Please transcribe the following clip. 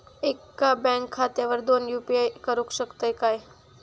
एका बँक खात्यावर दोन यू.पी.आय करुक शकतय काय?